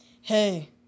Hey